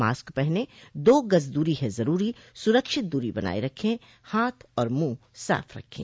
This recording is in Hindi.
मास्क पहनें दो गज़ दूरी है ज़रूरी सुरक्षित दूरी बनाए रखें हाथ और मुंह साफ रखें